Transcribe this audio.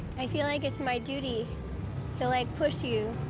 i feel like it's my duty to like, push you.